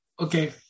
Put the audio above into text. okay